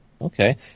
okay